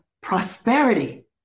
prosperity